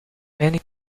many